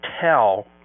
tell